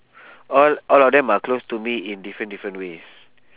all all of them are close to me in different different ways